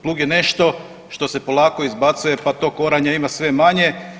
Plug je nešto što se polako izbacuje pa tog oranja ima sve manje.